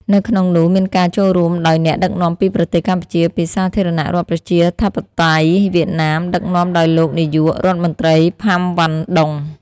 នៅក្នុងនោះមានការចូលរួមដោយអ្នក ដឹកនាំពីប្រទេសកម្ពុជា ពីសាធារណរដ្ឋប្រជាធិបតេយ្យវៀតណាម ដឹកនាំដោយលោកនាយក រដ្ឋមន្រ្តី ផាំ វ៉ាន់ ដុង។